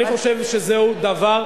אני חושב שזהו דבר,